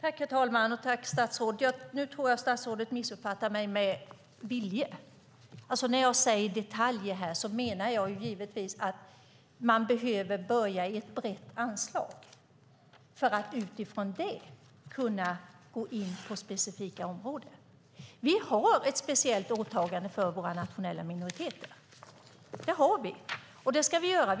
Herr talman! Tack, statsrådet! Nu tror jag att statsrådet missuppfattar mig med vilje. När jag säger detaljer menar jag givetvis att man behöver börja med ett brett anslag för att utifrån det kunna gå in på specifika områden. Vi har ett speciellt åtagande för våra nationella minoriteter. Det har vi, och det ska vi hålla på.